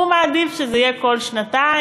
הוא מעדיף שזה יהיה כל שנתיים.